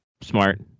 Smart